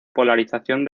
polarización